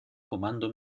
comando